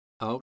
out